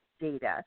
Data